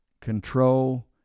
control